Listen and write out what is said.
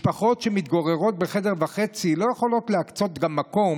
משפחות שמתגוררות בחדר וחצי לא יכולות להקצות מקום